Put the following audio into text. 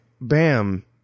Bam